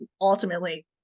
ultimately